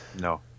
No